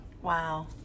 Wow